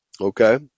Okay